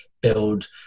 build